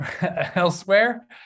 elsewhere